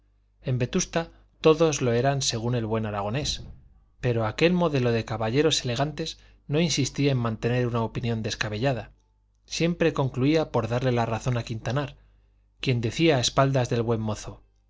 en vetusta todos lo eran según el buen aragonés pero aquel modelo de caballeros elegantes no insistía en mantener una opinión descabellada siempre concluía por darle la razón a quintanar quien decía a espaldas del buen mozo